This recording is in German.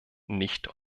nicht